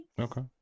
okay